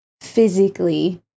physically